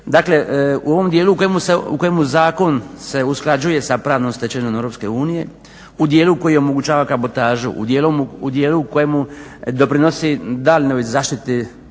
Dakle, u ovom djelu u kojemu se, u kojemu zakon se usklađuje sa pravnom stečevinom EU, u dijelu koji omogućava kabotažu, u dijelu u kojemu doprinosi daljnjoj zaštiti